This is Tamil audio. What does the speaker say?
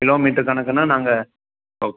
கிலோமீட்டர் கணக்குனால் நாங்கள் ஒ